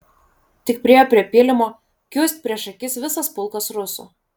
tik priėjo prie pylimo kiūst prieš akis visas pulkas rusų